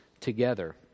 together